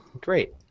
Great